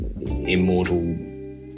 immortal